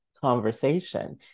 conversation